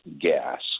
gas